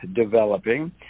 developing